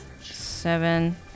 Seven